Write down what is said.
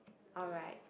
alright